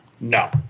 No